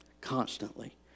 constantly